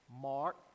mark